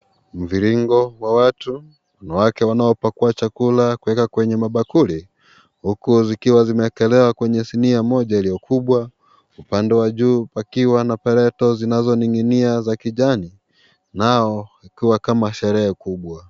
Mviringo wa watu, wanawake wanaopakua chakula kuweka kwenye mabakuli huku zikiwa zimewekelewa kwenye sinia moja iliyo kubwa upande wa juu kukiwa na pareto zinazoning'inia za kijani nao ikiwa kama sherehe kubwa.